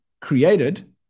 created